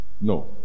no